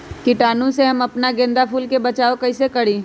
कीटाणु से हम अपना गेंदा फूल के बचाओ कई से करी?